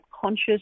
conscious